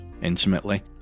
intimately